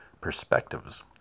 perspectives